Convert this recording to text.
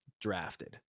drafted